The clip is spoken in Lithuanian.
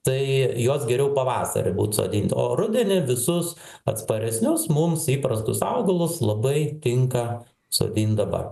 tai juos geriau pavasarį sodint o rudenį visus atsparesnius mums įprastus augalus labai tinka sodint dabar